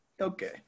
okay